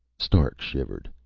stark shivered.